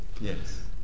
yes